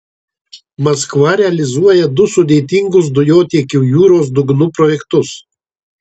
maskva realizuoja du sudėtingus dujotiekių jūros dugnu projektus